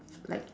like